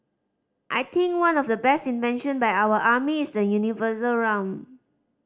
I think one of the best invention by our army is the universal round